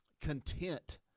content